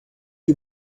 you